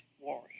warrior